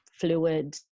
fluid